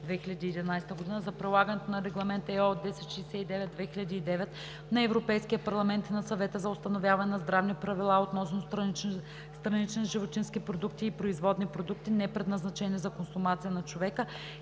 за прилагане на Регламент (ЕО) № 1069/2009 на Европейския парламент и на Съвета за установяване на здравни правила относно странични животински продукти и производни продукти, непредназначени за консумация от човека,